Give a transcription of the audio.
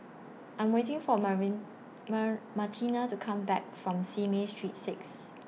I'm waiting For Marin Mar Martina to Come Back from Simei Street six